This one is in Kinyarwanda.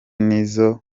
nizo